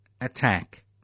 attack